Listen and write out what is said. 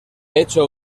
hecho